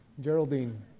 Geraldine